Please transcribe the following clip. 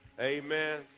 Amen